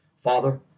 Father